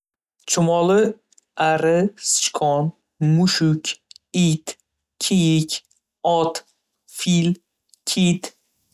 Chumoli, ari, sichqon, mushuk, it, kiyik, ot, fil, kit